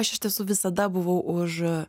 aš iš tiesų visada buvau už